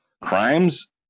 crimes